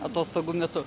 atostogų metu